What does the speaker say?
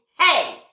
hey